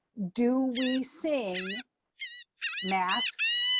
do we sing masked,